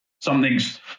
something's